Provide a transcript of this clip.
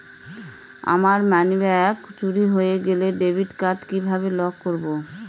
আমার মানিব্যাগ চুরি হয়ে গেলে ডেবিট কার্ড কিভাবে লক করব?